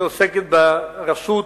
שעוסקת ברשות,